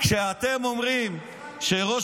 אמר לו ראש